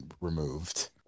removed